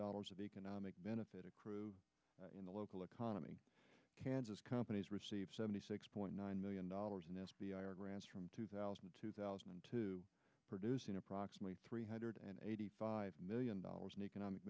dollars of economic benefit accrue in the local economy kansas companies receive seventy six point nine million dollars in grants from two thousand two thousand and two producing approximately three hundred and eighty five million dollars in economic